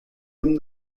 him